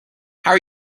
are